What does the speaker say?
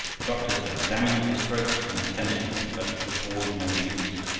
the doctors had examined his throat, and attended him, but it was all of no use.